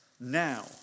Now